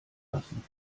lassen